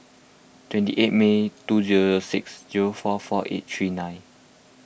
twenty eight May two zero zero six zero four four eight three nine